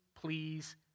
please